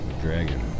Dragon